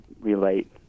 relate